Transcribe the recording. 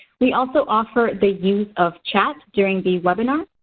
we also offer the use of chats during the webinar,